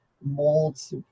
molds